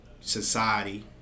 society